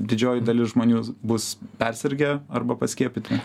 didžioji dalis žmonių bus persirgę arba paskiepyti